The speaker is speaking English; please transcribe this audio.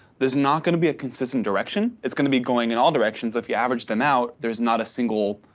there's not gonna be a consistent direction, it's gonna be going in all directions. if you average them out, there's not a single,